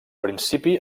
principi